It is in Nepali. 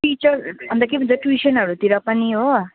टिचर अन्त के भन्छ ट्युसनहरूतिर पनि हो